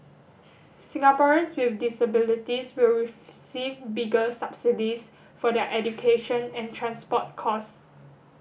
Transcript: Singaporeans with disabilities will receive bigger subsidies for their education and transport costs